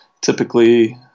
typically